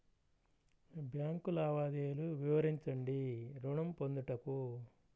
Bank లావాదేవీలు వివరించండి ఋణము పొందుటకు?